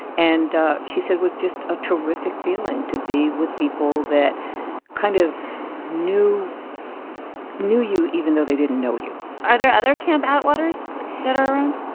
and ah she said was just a terrific feeling to be with people that kind of knew knew you, even though they didn't know you are there other camp atwaters that are around?